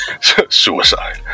Suicide